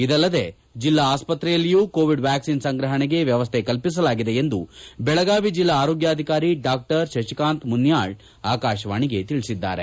ಇದಲ್ಲದೆ ಜಿಲ್ಲಾ ಆಸ್ಪತ್ರೆಯಲ್ಲಿಯೂ ಕೋವಿಡ್ ವ್ಯಾಕ್ಟಿನ್ ಸಂಗ್ರಹಣೆಗೆ ವ್ವವಸ್ಥೆ ಕಲ್ಪಿಸಲಾಗಿದೆ ಎಂದು ಬೆಳಗಾವಿ ಜಿಲ್ಲಾ ಆರೋಗ್ಡಾಧಿಕಾರಿ ಡಾಕ್ಟರ್ ಶಶಿಕಾಂತ ಮುನ್ನಾಳ ಆಕಾಶವಾಣಿಗೆ ತಿಳಿಸಿದ್ದಾರೆ